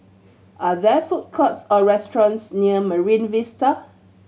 are there food courts or restaurants near Marine Vista